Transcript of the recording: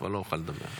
כבר לא יוכל לדבר.